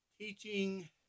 Teaching